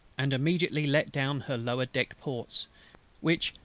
and immediately let down her lower-deck ports which,